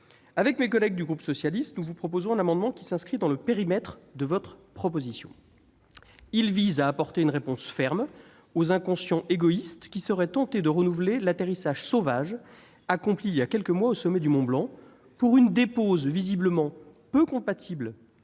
Avec mes collègues du groupe socialiste, nous présenterons un amendement qui s'inscrit dans le périmètre de cette proposition de loi. Il vise à apporter une réponse ferme aux inconscients égoïstes qui seraient tentés de renouveler l'atterrissage sauvage accompli il y a quelques mois au sommet du mont Blanc, pour une dépose peu compatible